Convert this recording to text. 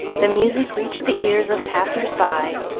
the music reached the ears of passers-by,